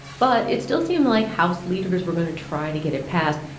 but it still seemed like house leaders were going to try to get it passed,